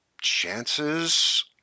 chances